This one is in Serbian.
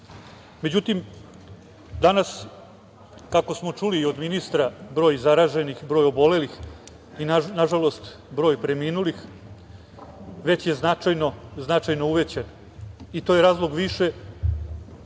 poznata.Međutim, danas, kako smo čuli i od ministra, broj zaraženih, broj obolelih i, nažalost, broj preminulih već je značajno uvećan i to je razlog više